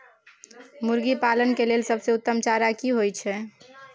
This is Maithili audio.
मुर्गी पालन के लेल सबसे उत्तम चारा की होयत छै?